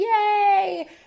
yay